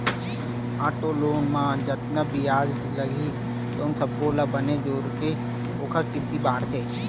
auto loan म जतका बियाज लागही तउन सब्बो ल बने जोरके ओखर किस्ती बाटथे